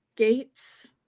gates